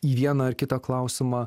į vieną ar kitą klausimą